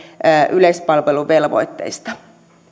yleispalveluvelvoitteista